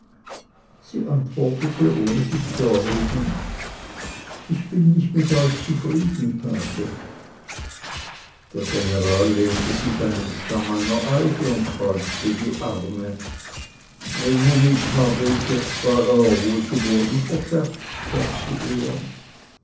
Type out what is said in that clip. sie antwortete ohne sich zu erheben ich bin nicht mit euch zufrieden pate der general lehnte sich an den stamm einer eiche und kreuzte die arme womit habe ich es bei euer wohlgeboren verscherzt sagte er